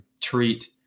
treat